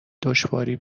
دشواری